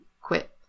quit